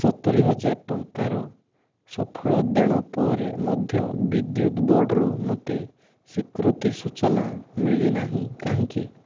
ସତୁରିହଜାର ଟଙ୍କାର ସଫଳ ଦେଣ ପରେ ମଧ୍ୟ ବିଦ୍ୟୁତ୍ ବୋର୍ଡ଼ରୁ ମୋତେ ସ୍ଵୀକୃତି ସୂଚନା ମିଳିନାହିଁ କାହିଁକି